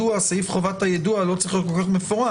סעיף חובת הידוע לא צריך להיות כל כך מפורט.